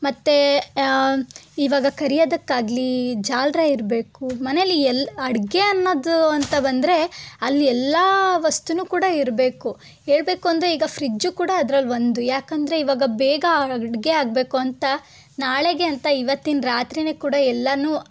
ಮತ್ತು ಇವಾಗ ಕರಿಯೋದಕ್ಕಾಗಲಿ ಜಾಲ್ರಿ ಇರಬೇಕು ಮನೇಲಿ ಎಲ್ಲ ಅಡುಗೆ ಅನ್ನೋದು ಅಂತ ಬಂದರೆ ಅಲ್ಲಿ ಎಲ್ಲ ವಸ್ತುನೂ ಕೂಡ ಇರಬೇಕು ಹೇಳ್ಬೇಕು ಅಂದರೆ ಈಗ ಫ್ರಿಜ್ಜು ಕೂಡ ಅದರಲ್ಲಿ ಒಂದು ಯಾಕಂದರೆ ಇವಾಗ ಬೇಗ ಅಡುಗೆ ಆಗಬೇಕು ಅಂತ ನಾಳೆಗೆ ಅಂತ ಇವತ್ತಿನ ರಾತ್ರಿಯೇ ಕೂಡ ಎಲ್ಲನೂ